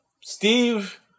Steve